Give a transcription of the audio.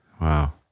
Wow